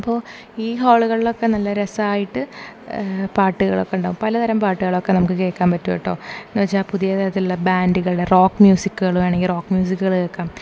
അപ്പോൾ ഈ ഹോളുകളിലൊക്കെ നല്ല രസമായിട്ട് പാട്ടുകൾ ഒക്കെ ഉണ്ടാകും പലതരം പാട്ടുകൾ ഒക്കെ നമുക്ക് കേൾക്കാൻ പറ്റും കേട്ടോ എന്നു വെച്ചാൽ പുതിയ തരത്തിലുള്ള ബാൻഡുകൾ റോക്ക് മ്യൂസിക്കുകൾ വേണമെങ്കിൽ റോക്ക് മ്യൂസിക്കുകൾ കേൾക്കാം